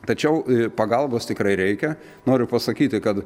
tačiau pagalbos tikrai reikia noriu pasakyti kad